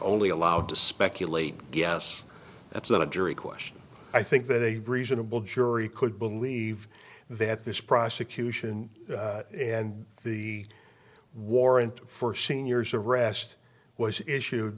only allowed to speculate guess that's not a jury question i think a reasonable jury could believe that this prosecution and the warrant for seniors arrest was issue